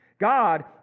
God